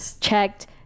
checked